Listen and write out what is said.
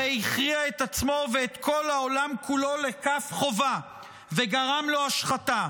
הרי הכריע את עצמו ואת כל העולם כולו לכף חובה וגרם לו השחתה.